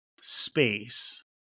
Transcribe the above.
space